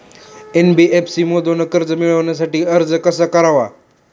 NBFC मधून कर्ज मिळवण्यासाठी अर्ज कसा करावा?